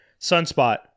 Sunspot